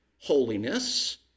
holiness